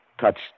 touched